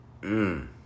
Mmm